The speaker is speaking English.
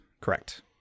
Correct